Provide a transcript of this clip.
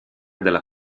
della